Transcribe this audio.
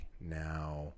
now